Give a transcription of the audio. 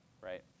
right